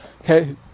okay